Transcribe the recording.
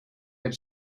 had